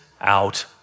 out